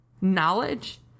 knowledge